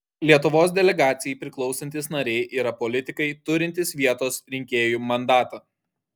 lietuvos delegacijai priklausantys nariai yra politikai turintys vietos rinkėjų mandatą